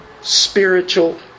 spiritual